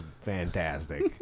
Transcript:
fantastic